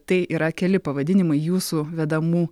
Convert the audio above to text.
tai yra keli pavadinimai jūsų vedamų